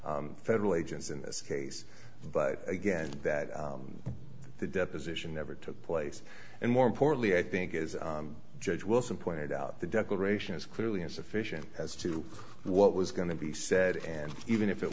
e federal agents in this case but again that the deposition never took place and more importantly i think as judge wilson pointed out the declaration is clearly insufficient as to what was going to be said and even if it